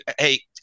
hey